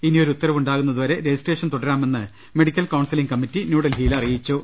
ഇനിയൊരു ഉത്തരവുണ്ടാകു ന്നതുവരെ രജിസ്ട്രേഷൻ തുടരാമെന്ന് മെഡിക്കൽ കൌൺസ ലിങ് കമ്മിറ്റി ന്യൂഡൽഹിയിൽ അറിയിച്ചു